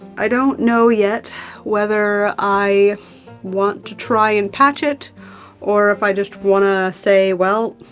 i don't know yet whether i want to try and patch it or if i just wanna say, well,